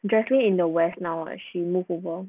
P2>joycelyn in the west now right she moved over